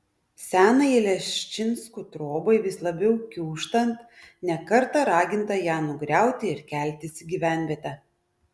senajai leščinskų trobai vis labiau kiūžtant ne kartą raginta ją nugriauti ir keltis į gyvenvietę